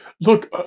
Look